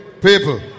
People